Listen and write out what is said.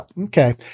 Okay